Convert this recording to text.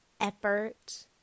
effort